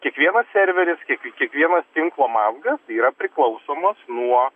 kiekvienas serveris kie kiekvienas tinklo mazgas yra priklausomas nuo